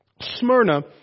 Smyrna